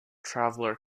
traveller